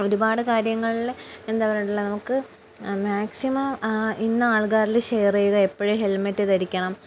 ഒരുപാട് കാര്യങ്ങളില് എന്താ പറയാട്ടില്ല നമുക്ക് മാക്സിമം ഇന്ന ആൾക്കാരില് ഷെയറെ ചെയ്യുക എപ്പഴും ഹെൽമെറ്റ് ധരിക്കണം